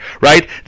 right